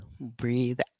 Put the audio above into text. Breathe